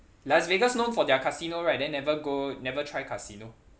las vegas known for their casino right then never go never try casino